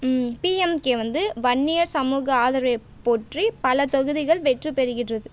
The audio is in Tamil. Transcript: பிஎம்கே வந்து வன்னியர் சமூக ஆதரவைப் போற்றி பல தொகுதிகள் வெற்றி பெறுகின்றது